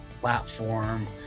platform